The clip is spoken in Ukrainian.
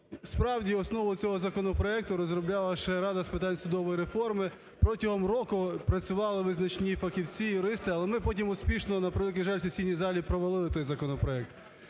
Справді, основу цього законопроекту розробляла ще Рада з питань судової реформи. Протягом року працювали визначні фахівці, юристи, але ми потім успішно, на превеликий жаль, в сесійній залі провалили той законопроект.